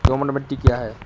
दोमट मिट्टी क्या है?